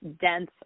dense